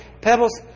Pebbles